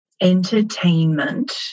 entertainment